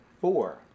four